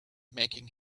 making